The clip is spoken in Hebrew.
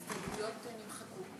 נמחקו?